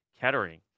Kettering